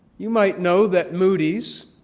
you might know that moody's,